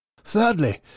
Thirdly